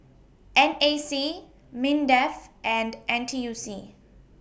N A C Mindef and N T U C